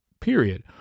period